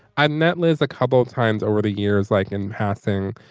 i met liz a couple times over the years like in passing.